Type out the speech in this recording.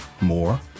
more